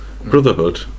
Brotherhood